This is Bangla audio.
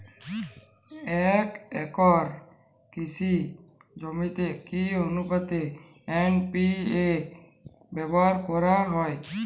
এক একর কৃষি জমিতে কি আনুপাতে এন.পি.কে ব্যবহার করা হয়?